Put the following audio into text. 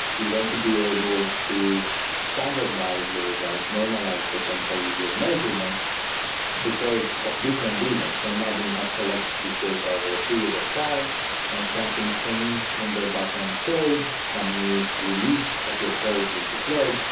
you want to be able to standardize your results. normalize potentially your measurements because of different reasons. so imagine you collect this data over a period of time and something changed in the backend code. some new release of your code was deployed,